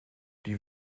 die